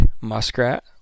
muskrat